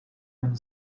and